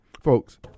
folks